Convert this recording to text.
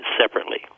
separately